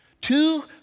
Two